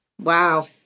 Wow